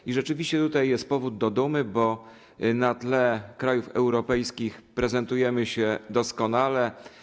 I rzeczywiście tutaj jest powód do dumy, bo na tle krajów europejskich prezentujemy się doskonale.